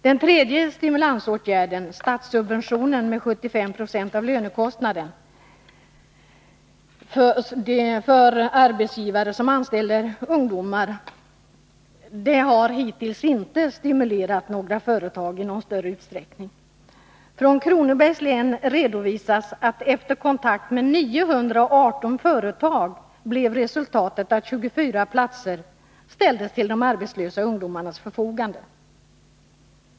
Den tredje stimulansåtgärden, dvs. statssubventionen med 75 7 av lönekostnaden för de arbetsgivare som anställer ungdomar, har hittills inte stimulerat företag i någon större utsträckning. Från Kronobergs län redovisas att efter kontakt med 918 företag ställdes 24 platser till de arbetslösa ungdomarnas förfogande.